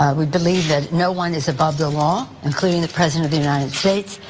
ah we believe that no one is above the law including the president of the united states.